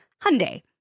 Hyundai